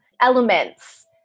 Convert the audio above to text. elements